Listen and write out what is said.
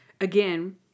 again